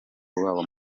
rwabo